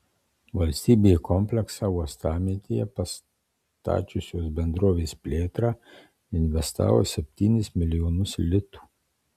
valstybė į kompleksą uostamiestyje pastačiusios bendrovės plėtrą investavo septynis milijonus litų